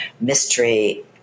mystery